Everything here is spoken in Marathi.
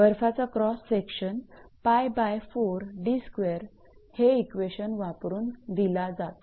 बर्फाचा क्रॉस सेक्शन हे इक्वेशन वापरून दिला जातो